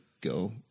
go